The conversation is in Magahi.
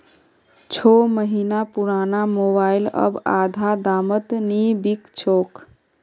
छो महीना पुराना मोबाइल अब आधा दामत नी बिक छोक